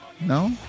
No